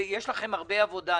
ויש לכם הרבה עבודה.